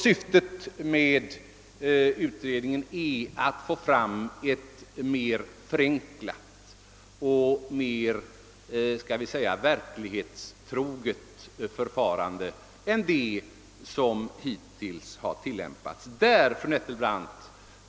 Syftet med utredningen är att få fram ett mera förenklat och mer så att säga verklighetstroget regelsystem än det existerande.